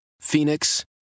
Phoenix